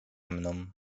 mną